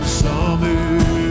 summer